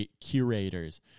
curators